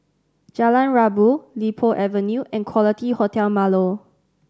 Jalan Rabu Li Po Avenue and Quality Hotel Marlow